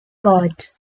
god